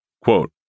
Quote